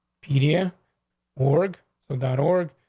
pedia org so dot org.